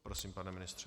Prosím, pane ministře.